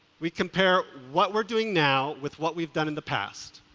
we compare what we're doing now with what we've done in the past.